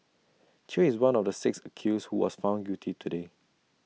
chew is one of the six accused who was found guilty today